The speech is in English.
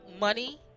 money